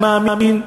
אני מאמין,